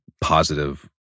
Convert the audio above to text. Positive